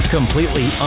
Completely